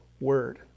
word